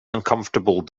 uncomfortable